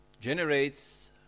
generates